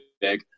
big